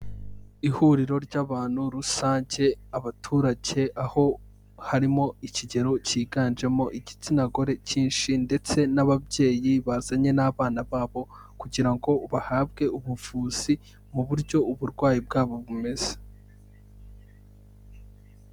Ihuriro ry'abantu rusange, abaturage aho harimo ikigero kiganjemo igitsina gore kinshi ndetse n'ababyeyi bazanye n'abana babo, kugira ngo bahabwe ubuvuzi, mu buryo uburwayi bwabo bumeze.